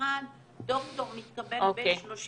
מי שעם תואר ראשון 31, דוקטור מתקבל בין 34